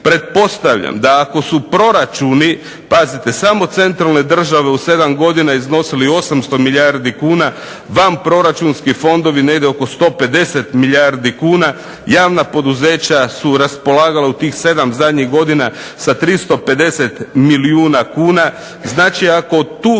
Pretpostavljam da ako su proračuni samo centralne države u zadnjih 7 godina iznosili 800 milijardi kuna, vanproračunski fondovi negdje oko 150 milijardi kuna javna poduzeća su raspolagala u zadnjih 7 godina sa 350 milijuna kuna. Ako tu